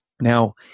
Now